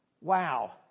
wow